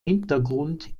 hintergrund